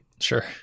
Sure